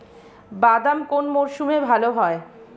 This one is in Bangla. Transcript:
বাদাম কোন মরশুমে ভাল হয়?